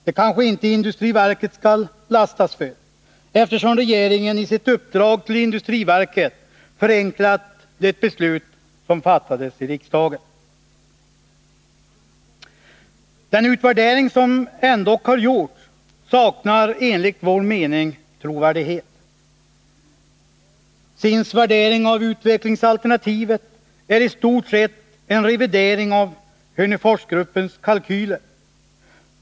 Det kanske inte industriverket skall lastas för, eftersom regeringen i sitt uppdrag till industriverket förenklat det beslut som fattades i riksdagen. Den utvärdering som ändock har gjorts saknar enligt vår mening trovärdighet. SIND:s värdering av utvecklingsalternativet är i stort sett en revidering av Hörneforsgruppens kalkyler.